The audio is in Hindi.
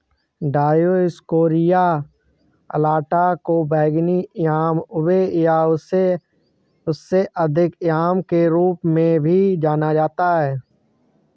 डायोस्कोरिया अलाटा को बैंगनी याम उबे या उससे अधिक याम के रूप में भी जाना जाता है